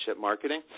marketing